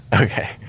Okay